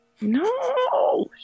No